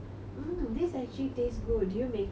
this actually taste good did you make it